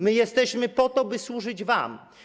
My jesteśmy po to, by służyć wam.